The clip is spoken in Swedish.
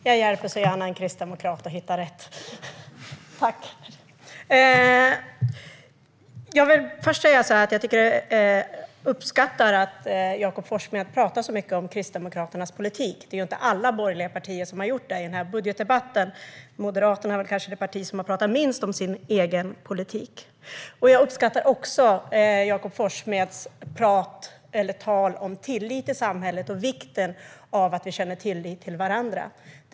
Herr talman! Nu fick jag visa Jakob Forssmed till rätt talarstol, och jag hjälper så gärna en kristdemokrat att hitta rätt! Jag uppskattar att Jakob Forssmed talar så mycket om Kristdemokraternas politik. Det är inte alla borgerliga partier som har talat om sin politik i denna budgetdebatt. Moderaterna är kanske det parti som har talat minst om sin egen politik. Jag uppskattar också Jakob Forssmeds tal om tillit i samhället och vikten av att vi känner tillit till varandra.